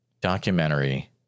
documentary